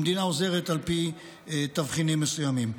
המדינה עוזרת על פי תבחינים מסוימים.